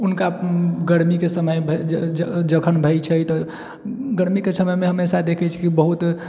हुनका गर्मीके समय जखन भए छै तऽ गर्मीके समय हमेशा देखै छी कि बहुत